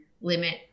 limit